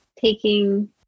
taking